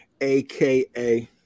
aka